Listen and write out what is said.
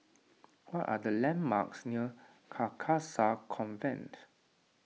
what are the landmarks near Carcasa Convent